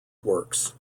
works